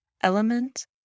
element